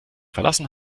verlassen